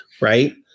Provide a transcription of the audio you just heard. Right